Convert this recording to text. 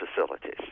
facilities